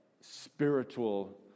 spiritual